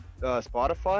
Spotify